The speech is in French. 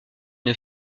une